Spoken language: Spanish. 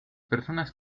personas